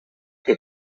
que